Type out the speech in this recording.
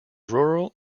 rural